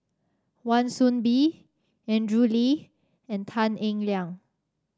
Wan Soon Bee Andrew Lee and Tan Eng Liang